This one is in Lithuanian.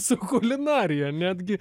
su kulinarija netgi